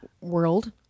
world